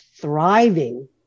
thriving